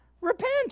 Repent